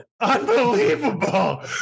unbelievable